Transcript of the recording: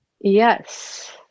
yes